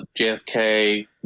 JFK